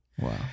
Wow